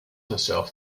herself